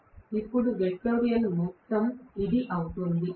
ఇప్పుడు వెక్టోరియల్ మొత్తం ఇది అవుతుంది